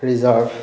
reserve